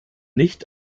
nicht